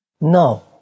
No